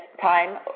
time